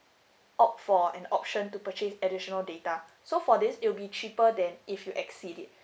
opt for an option to purchase additional data so for this it will be cheaper than if you exceed it